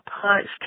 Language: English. punched